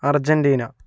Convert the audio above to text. Argentina